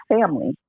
family